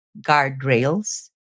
guardrails